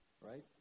Right